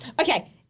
Okay